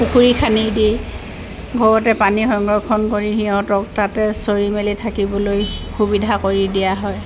পুখুৰী খান্দি দি ঘৰতে পানী সংৰক্ষণ কৰি সিহঁতক তাতে চৰি মেলি থাকিবলৈ সুবিধা কৰি দিয়া হয়